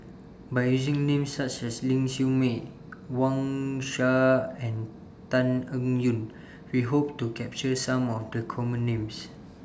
By using Names such as Ling Siew May Wang Sha and Tan Eng Yoon We Hope to capture Some of The Common Names